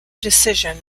decision